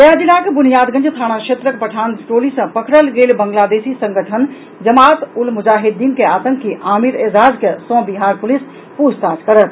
गया जिलाक ब्रनियादगंज थानाक्षेत्रक पठान टोली सँ पकड़ल गेल बांग्लादेशी संगठन जमात उल मुजाहिद्दीन के आतंकी आमिर एजाज सँ बिहार पुलिस पूछताछ करत